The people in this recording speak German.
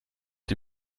die